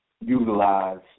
utilize